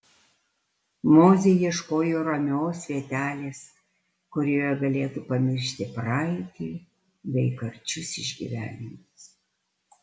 mozė ieškojo ramios vietelės kurioje galėtų pamiršti praeitį bei karčius išgyvenimus